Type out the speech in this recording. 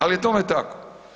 Ali je tome tako.